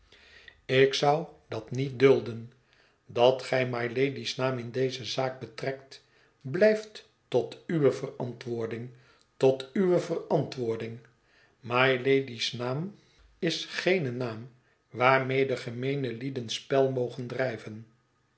ik zou dat niet dulden dat gij mylady's naam in deze zaak betrekt blijft tot uwe verantwoording tot uwe verantwoording mylady's naam is geen de onbarmhartige vinger naam waarmede gemeene lieden spel mogen drijven